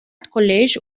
college